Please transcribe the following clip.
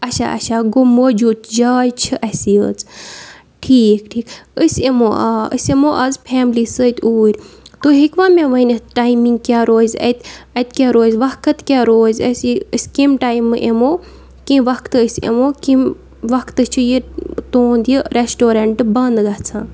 اچھا اچھا گوٚو موجوٗد جاے چھِ اَسہِ یۭژ ٹھیٖک ٹھیٖک أسۍ یِمو آ أسۍ یِمو اَز فیملی سۭتۍ اوٗرۍ تُہۍ ہیٚکوَ مےٚ ؤنِتھ ٹایمِنٛگ کیٛاہ روزِ اَتہِ اَتہِ کیٛاہ روزِ وقت کیٛاہ روزِ اَسہِ یہِ أسۍ کَمہِ ٹایمہٕ یِمو کَمہِ وقتہٕ أسۍ یِمو کَمہِ وقتہٕ چھِ یہِ تُہُنٛد یہِ ریسٹورنٛٹ بند گژھان